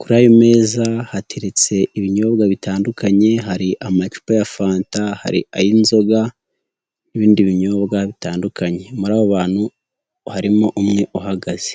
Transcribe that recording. kuri ayo meza hateretse ibinyobwa bitandukanye hari amacupa ya fanta, hari ay'inzoga n'ibindi binyobwa bitandukanye, muri abo bantu, harimo umwe uhagaze.